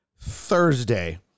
Thursday